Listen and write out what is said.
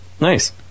nice